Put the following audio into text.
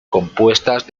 compuestas